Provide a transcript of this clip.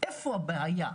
איפה הבעיה?